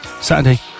Saturday